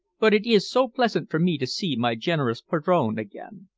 but it is so pleasant for me to see my generous padrone again.